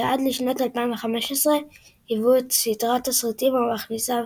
שעד לשנת 2015 היוו את סדרת הסרטים המכניסה